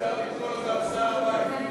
אפשר לקרוא לו גם שר הבית.